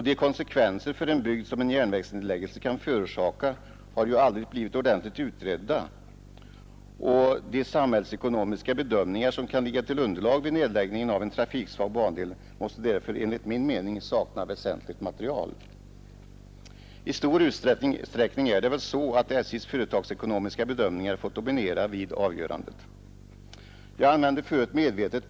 De konsekvenser för en bygd som en järnvägsnedläggelse kan medföra har ju aldrig blivit ordentligt utredda, och de samhällsekonomiska bedömningar som kan ligga till underlag vid nedläggningen av en trafiksvag bandel Nr 51 måste därför enligt min mening sakna väsentligt material. Onsdagen den I stor utsträckning är det väl så att SJ:s företagsekonomiska 5 april 1972 bedömningar fått dominera vid avgörandet. Jag använde förut medvetet.